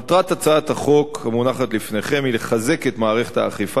מטרת הצעת החוק המונחת לפניכם היא לחזק את מערכת האכיפה,